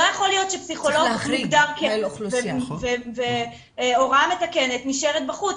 לא יכול להיות שפסיכולוג מוגדר --- והוראה מתקנת נשארת בחוץ.